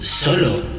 Solo